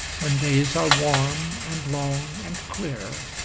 when days are warm, and long, and clear,